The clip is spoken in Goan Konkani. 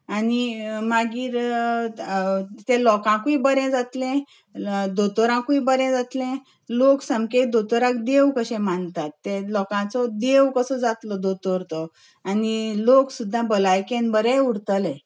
आनी मागीर त्या लोकांकूय बरें जातलें दोतोराकूय बरें जातलें लोक सामके दोतोरांक देव कशें मानतात ते लोकांचो देव कसो जातलो दोतोर तो आनी लोक सुद्दां भलायकेन बरे उरतले